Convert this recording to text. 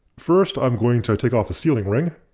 first i'm going to take off the sealing ring.